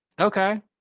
okay